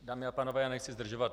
Dámy a pánové, nechci zdržovat.